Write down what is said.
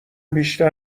بیشتر